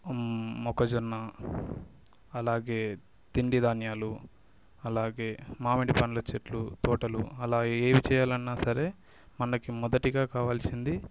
మొక్కజొన్న అలాగే తిండి ధాన్యాలు అలాగే మామిడి పండ్ల చెట్లు తోటలు అలాగా ఏవి చెయ్యాలన్నా సరే మనకి మొదటగా కావాల్సింది